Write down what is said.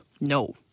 No